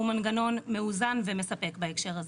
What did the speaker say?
הוא מנגנון מאוזן ומספק בהקשר הזה.